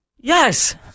Yes